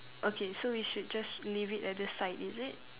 okay so we should just leave it at the side is it